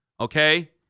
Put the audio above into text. okay